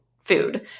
food